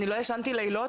אני לא ישנתי לילות,